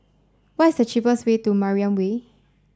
what is the cheapest way to Mariam Way